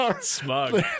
Smug